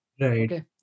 right